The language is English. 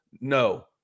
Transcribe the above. No